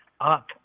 up